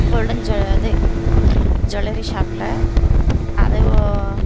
golden ஜு இது jewellery ஷாப்பில் அதுவும்